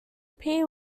pee